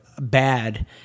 bad